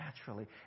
naturally